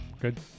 Good